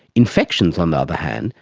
infections, on the other hand,